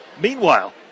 Meanwhile